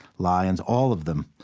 lions all of them.